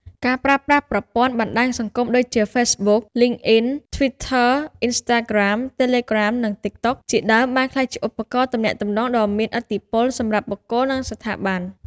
ការប្រើប្រាស់ប្រព័ន្ធបណ្តាញសង្គមដូចជា ហ្វេសបុក លីងអុីន ធ្វីធ័ អុីនស្តាក្រាម តេលេក្រាម និងតិកតុក ជាដើមបានក្លាយជាឧបករណ៍ទំនាក់ទំនងដ៏មានឥទ្ធិពលសម្រាប់បុគ្គល និងស្ថាប័ន។